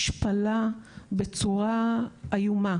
השפלה בצורה איומה.